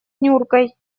нюркой